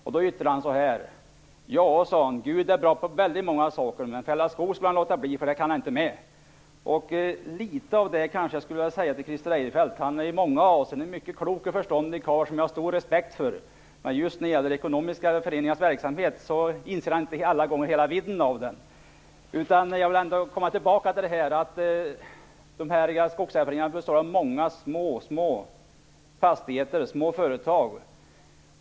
Han yttrade sig så här: Ja, sade han, Gud är bra på väldigt många saker, men fälla skog skall han låta bli, för det kan han inte me . Litet av det kanske jag skulle vilja säga till Christer Eirefelt. Han är i många avseenden en mycket klok och förståndig karl, som jag har stor respekt för. Men just när det gäller ekonomiska föreningars verksamhet inser han inte alla gånger hela vidden. Jag vill ändå komma tillbaka till att det i de här skogsägarnas fall är fråga om många små fastigheter, små företag.